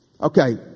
okay